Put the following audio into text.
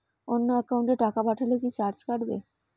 অন্য একাউন্টে টাকা পাঠালে কি চার্জ কাটবে?